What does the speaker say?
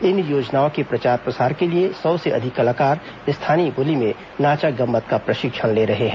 इन योजनाओं के प्रचार प्रसार के लिए सौ से अधिक कलाकार स्थानीय बोली में नाचा गम्मत का प्रशिक्षण ले रहे हैं